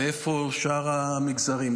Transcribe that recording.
ואיפה שאר המגזרים?